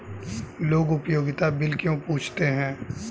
लोग उपयोगिता बिल क्यों पूछते हैं?